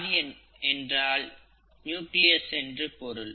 காரியன் என்றால் நியூக்ளியஸ் என்று பொருள்